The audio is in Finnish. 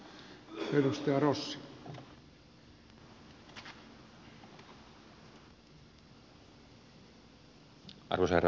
arvoisa herra puhemies